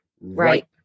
Right